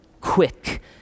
quick